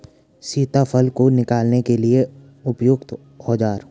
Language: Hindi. सीताफल को निकालने के लिए उपयुक्त औज़ार?